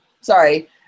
sorry